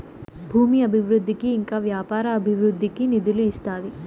భూమి అభివృద్ధికి ఇంకా వ్యాపార అభివృద్ధికి నిధులు ఇస్తాది